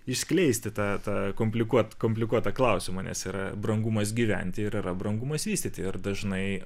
išskleisti tą tą komplikuot komplikuotą klausimą nes yra brangumas gyventi ir yra brangumas vystyti ir dažnai